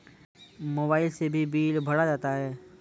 Mobile से भी bill भरा जाता हैं?